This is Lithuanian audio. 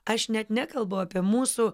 aš net nekalbu apie mūsų